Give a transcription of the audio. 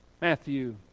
Matthew